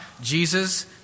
Jesus